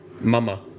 Mama